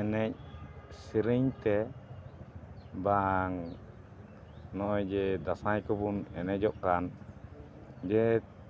ᱮᱱᱮᱡ ᱥᱮᱨᱮᱧᱛᱮ ᱵᱟᱝ ᱱᱚᱜᱼᱚᱭ ᱡᱮ ᱫᱟᱸᱥᱟᱭ ᱠᱚᱵᱚᱱ ᱮᱱᱮᱡᱚᱜ ᱠᱟᱱ ᱡᱮ